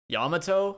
Yamato